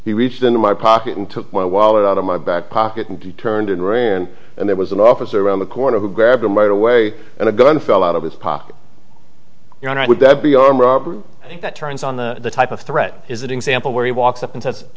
he reached into my pocket and took my wallet out of my back pocket and he turned into a room and there was an officer around the corner who grabbed him right away and the gun fell out of his pocket would that be armed robbery that turns on the type of threat is an example where he walks up and